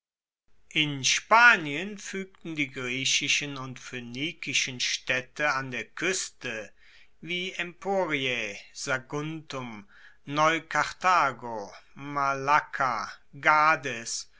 in spanien fuegten die griechischen und phoenikischen staedte an der kueste wie emporiae saguntum neukarthago